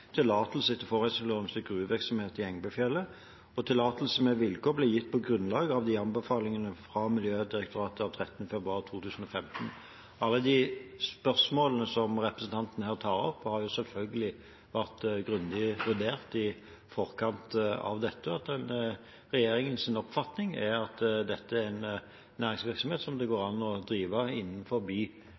tillatelse etter forurensningsloven til gruvevirksomhet i Engebøfjellet, og tillatelse med vilkår ble gitt på grunnlag av anbefalingene fra Miljødirektoratet av 13. februar 2015. Alle de spørsmålene som representanten her tar opp, har selvfølgelig vært grundig vurdert i forkant av dette, og regjeringens oppfatning er at dette er en næringsvirksomhet som det går an å drive